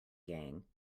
gang